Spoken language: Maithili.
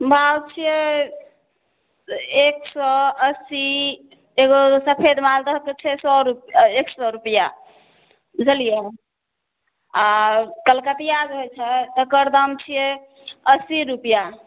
माल छिए एक सओ अस्सी एगो सफेद मालदह तऽ छै सओ रुपैआ एक सओ रुपैआ बुझलिए आओर कलकतिआ जे होइ छै एकर दाम छिए अस्सी रुपैआ